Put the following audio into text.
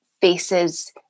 faces